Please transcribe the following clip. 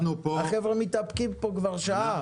החבר'ה מתאפקים פה כבר שעה.